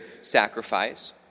sacrifice